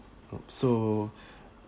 so